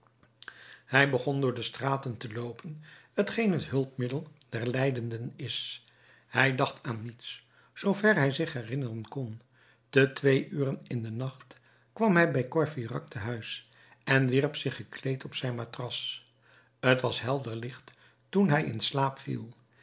hij begon door de straten te loopen t geen het hulpmiddel der lijdenden is hij dacht aan niets zoover hij zich herinneren kon te twee uren in den nacht kwam hij bij courfeyrac te huis en wierp zich gekleed op zijn matras t was helder licht toen hij in slaap viel